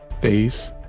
face